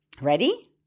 Ready